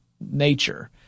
nature